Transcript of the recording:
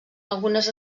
algunes